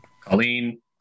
Colleen